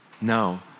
No